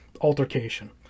altercation